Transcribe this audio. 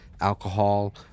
alcohol